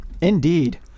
Indeed